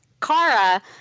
Kara